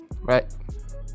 right